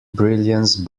brilliance